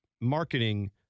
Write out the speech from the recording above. marketing